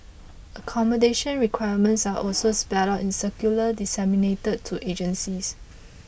accommodation requirements are also spelt out in circulars disseminated to agencies